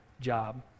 job